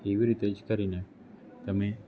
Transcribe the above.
એવી રીતે જ કરીને તમે